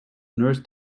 nurse